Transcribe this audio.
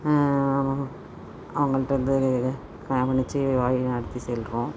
அவங்கள்ட்டேருந்து கவனிச்சு வழிநடத்தி செல்கிறோம்